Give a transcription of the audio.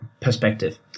perspective